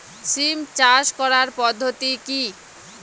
সিম চাষ করার পদ্ধতি কী?